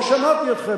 לא שמעתי אתכם.